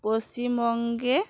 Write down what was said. পশ্চিমবঙ্গে